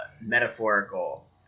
metaphorical